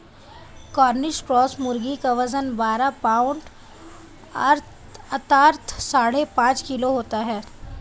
Cornish cross मुर्गी का वजन बारह पाउण्ड अर्थात साढ़े पाँच किलो होता है